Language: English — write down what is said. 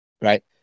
right